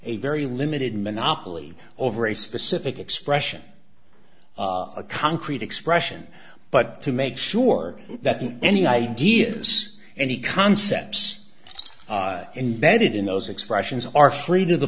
a very limited monopoly over a specific expression a concrete expression but to make sure that any ideas and he concepts in bedded in those expressions are free t